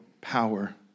power